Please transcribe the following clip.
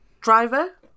Driver